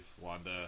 Wanda